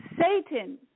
satan